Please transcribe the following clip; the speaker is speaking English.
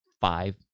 five